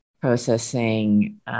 processing